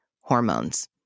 hormones